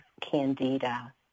candida